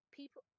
people